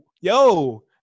yo